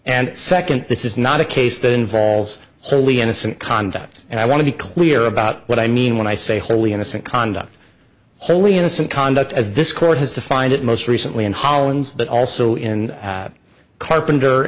and second this is not a case that involves wholly innocent conduct and i want to be clear about what i mean when i say wholly innocent conduct wholly innocent conduct as this court has defined it most recently in holland but also in carpenter